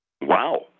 Wow